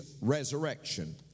resurrection